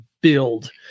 build